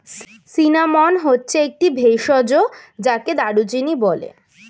cinnamon হচ্ছে একটি ভেষজ যাকে দারুচিনি বলে